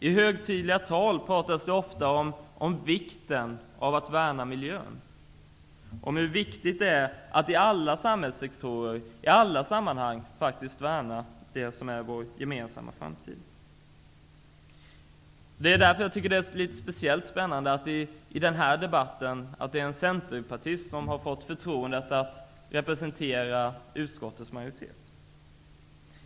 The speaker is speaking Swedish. I högtidliga tal pratas det ofta om vikten av att man värnar miljön och om hur viktigt det är att man i alla samhällssektorer i alla sammanhang faktiskt värnar det som är vår gemensamma framtid. Därför är det speciellt spännande att det i den här debatten är en centerpartist som har fått förtroendet att representera utskottets majoritet.